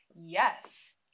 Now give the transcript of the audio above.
yes